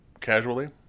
Casually